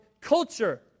culture